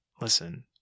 listen